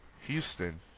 Houston